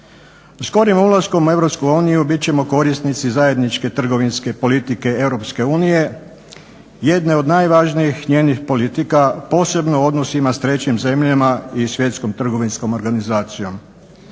Skorim ulaskom u Europsku uniju biti ćemo korisnici zajedničke trgovinske politike Europske unije jedne od najvažnijih njenih politika posebno odnos ima sa trećim zemljama i svjetskom trgovinskom organizacijom.